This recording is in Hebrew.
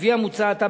לפי המוצע עתה,